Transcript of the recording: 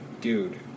dude